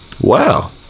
Wow